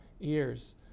ears